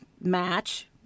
match